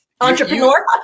Entrepreneur